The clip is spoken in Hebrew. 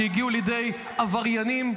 שהגיע לידי עבריינים,